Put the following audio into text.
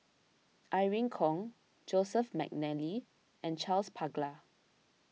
Irene Khong Joseph McNally and Charles Paglar